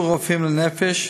שיעור רופאים לנפש: